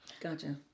Gotcha